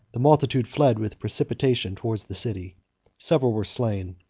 the multitude fled with precipitation towards the city several were slain,